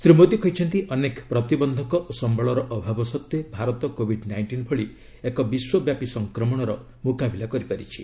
ଶ୍ରୀ ମୋଦୀ କହିଛନ୍ତି ଅନେକ ପ୍ରତିବନ୍ଧକ ଓ ସମ୍ଭଳର ଅଭାବ ସତ୍ତ୍ୱେ ଭାରତ କୋବିଡ୍ ନାଇଷ୍ଟିନ୍ ଭଳି ଏକ ବିଶ୍ୱବ୍ୟାପୀ ସଂକ୍ରମଣର ମୁକାବିଲା କରିପାରିଛି